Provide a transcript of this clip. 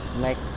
Make